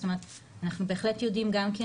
זאת אומרת אנחנו בהחלט יודעים גם כן